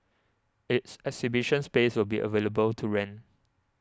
its exhibition space will be available to rent